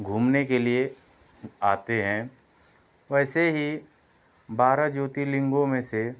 घूमने के लिए आते हैं वैसे ही बारह ज्योतिर्लिंगों में से